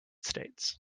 states